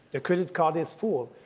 the credit card is full.